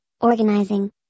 organizing